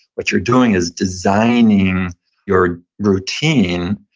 what you're doing is designing your routine,